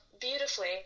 beautifully